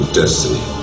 destiny